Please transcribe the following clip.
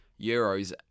Euros